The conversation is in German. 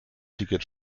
ticket